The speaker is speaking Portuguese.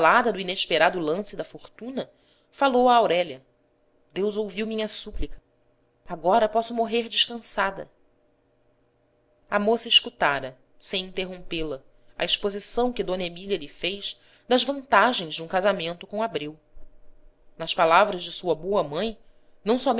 abalada do inesperado lance da fortuna falou a aurélia deus ouviu minha súplica agora posso morrer descansada a moça escutara sem